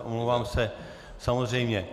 Omlouvám se, samozřejmě.